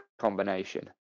combination